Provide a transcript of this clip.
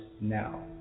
now